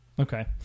Okay